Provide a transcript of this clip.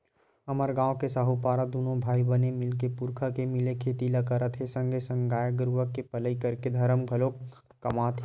हमर गांव के साहूपारा दूनो भाई बने मिलके पुरखा के मिले खेती ल करत हे संगे संग गाय गरुवा के पलई करके धरम घलोक कमात हे